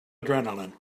adrenaline